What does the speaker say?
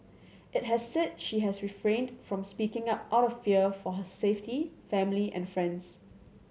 it has said she has refrained from speaking up out of fear for her safety family and friends